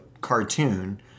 cartoon